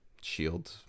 shield